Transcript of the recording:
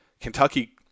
Kentucky